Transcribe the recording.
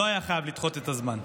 לא היו חייבים לדחות את הזמן.